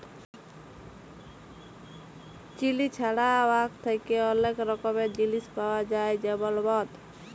chilli ছাড়াও আখ থ্যাকে অলেক রকমের জিলিস পাউয়া যায় যেমল মদ